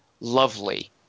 lovely